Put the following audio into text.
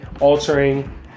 altering